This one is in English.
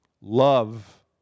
Love